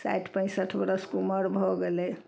साठि पैंसठ बरसके उमर भऽ गेलय